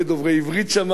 הם למדו את השפה,